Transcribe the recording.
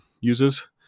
uses